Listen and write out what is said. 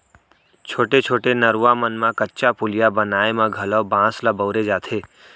छोटे छोटे नरूवा मन म कच्चा पुलिया बनाए म घलौ बांस ल बउरे जाथे